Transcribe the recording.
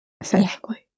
essentially